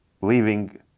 leaving